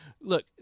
look